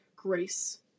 Grace